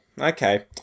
Okay